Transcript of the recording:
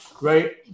right